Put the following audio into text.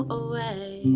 away